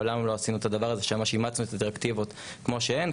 מעולם לא עשינו את הדבר הזה שאימצנו את הדירקטיבות כמו שהן.